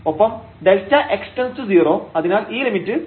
ഒപ്പം Δx→0 അതിനാൽ ഈ ലിമിറ്റ് പൂജ്യമായിരിക്കും